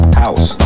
house